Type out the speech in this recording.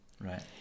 right